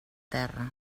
terra